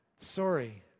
Sorry